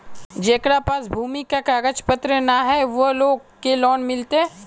जेकरा पास भूमि का कागज पत्र न है वो लोग के लोन मिलते?